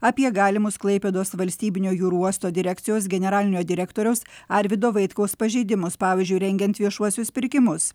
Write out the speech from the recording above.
apie galimus klaipėdos valstybinio jūrų uosto direkcijos generalinio direktoriaus arvydo vaitkaus pažeidimus pavyzdžiui rengiant viešuosius pirkimus